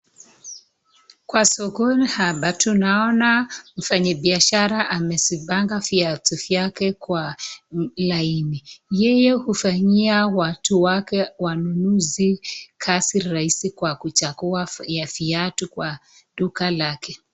Kwa sokoni hapa tunaona mfanyi biashara amezipanga viatu vyake kwa laini, yeye hufanyia watu wake wanunuzi kazi rahisi kwa kuchagua ya viatu kwa duka lake.